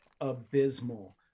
abysmal